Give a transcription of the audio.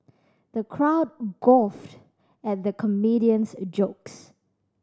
the crowd guffawed at the comedian's jokes